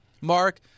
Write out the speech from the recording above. Mark